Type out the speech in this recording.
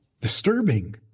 disturbing